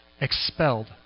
expelled